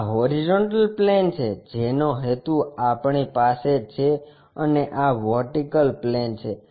આ horizontal plane છે જેનો હેતુ આપણી પાસે છે અને આ વર્ટિકલ પ્લેન છે